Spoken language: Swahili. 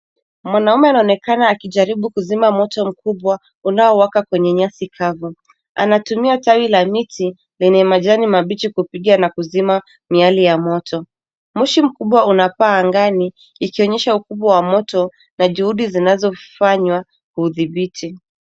Mwanaume anaonekana akijaribu kuzima moto mkubwa, unaowaka kwenye nyasi kavu. Anatumia tawi la miti, lenye majani mabichi kupiga na kuzima miale ya moto. Moshi mkubwa unapaa angani, ikionyesha ukubwa wa moto na juhudi zinazofanywa kuudhibiti.